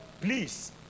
Please